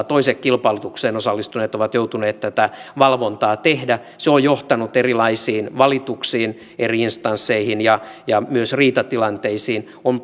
toiset kilpailutukseen osallistuneet ovat joutuneet tätä valvontaa tekemään se on johtanut erilaisiin valituksiin eri instansseihin ja ja myös riitatilanteisiin on